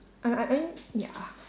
I I I mean ya